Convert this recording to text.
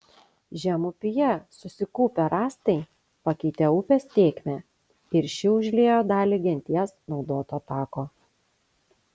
žemupyje susikaupę rąstai pakeitė upės tėkmę ir ši užliejo dalį genties naudoto tako